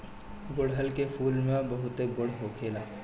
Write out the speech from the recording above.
गुड़हल के फूल में बहुते गुण होखेला